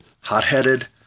hot-headed